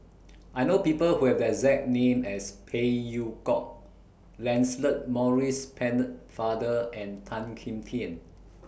I know People Who Have The exact name as Phey Yew Kok Lancelot Maurice Pennefather and Tan Kim Tian